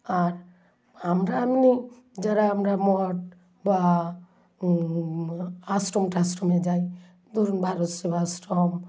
আর আমরা এমনি যারা আমরা মঠ বা আশ্রম টাশ্রমে যাই ধরুন ভারত সেবাশ্রম